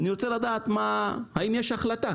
אני רוצה לדעת האם יש החלטה.